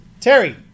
Terry